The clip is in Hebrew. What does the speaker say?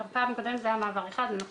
בפעם הקודמת זה היה מעבר אחד ואנחנו